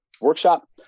workshop